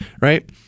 Right